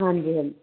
ਹਾਂਜੀ ਹਾਂਜੀ